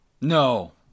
No